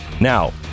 Now